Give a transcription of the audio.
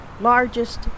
largest